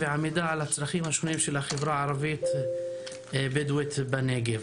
הכלכלית לחברה הבדואית בנגב.